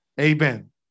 Amen